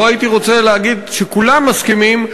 לא הייתי רוצה להגיד שכולם מסכימים,